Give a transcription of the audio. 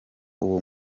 uwo